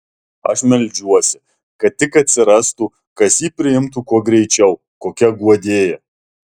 aš meldžiuosi kad tik atsirastų kas jį priimtų kuo greičiau kokia guodėja